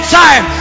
time